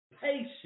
patience